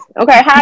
Okay